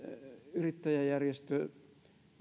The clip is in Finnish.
yrittäjäjärjestö